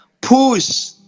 push